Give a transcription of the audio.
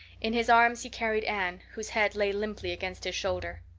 in his arms he carried anne, whose head lay limply against his shoulder.